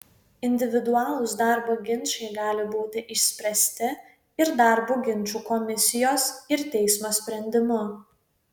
individualūs darbo ginčai gali būti išspręsti ir darbo ginčų komisijos ir teismo sprendimu